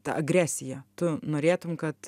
ta agresija tu norėtum kad